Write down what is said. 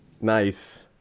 Nice